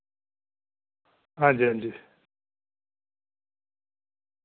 हां जी हां जी